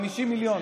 50 מיליון.